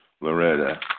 Loretta